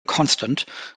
constant